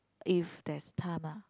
if there's time lah